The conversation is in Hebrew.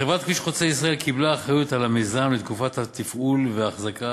חברת "כביש חוצה ישראל" קיבלה אחריות למיזם לתקופת התפעול והאחזקה